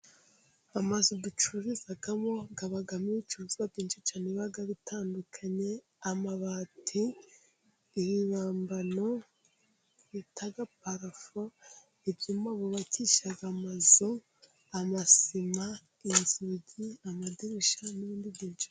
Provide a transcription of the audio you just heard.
Amazu ducururizamo abamo ibicuruzwa byinshi cyane biba bitandukanye. Amabati, ibibambano bita parafo, ibyuma bubakisha amazu, amasima, inzugi, amadirishya n'ibindi byinshi.